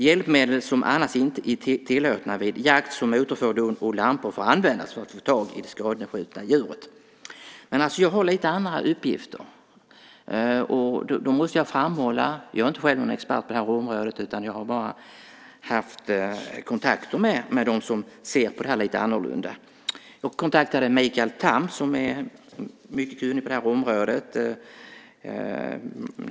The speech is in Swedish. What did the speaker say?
Hjälpmedel som annars inte är tillåtna vid jakt, som motorfordon och lampor, får användas för att få tag i det skadskjutna djuret." Men jag har lite andra uppgifter. Jag måste framhålla att jag själv inte är någon expert på det här området, utan jag har bara haft kontakter med dem som ser på det här lite annorlunda. Jag kontaktade Mikael Tham, som är mycket kunnig på det här området.